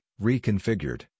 reconfigured